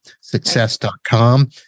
success.com